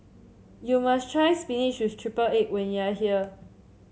you must try spinach with triple egg when you are here